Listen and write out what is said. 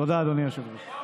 תודה, אדוני היושב-ראש.